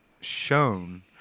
shown